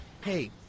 hey